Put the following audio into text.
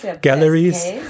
galleries